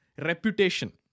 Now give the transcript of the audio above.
reputation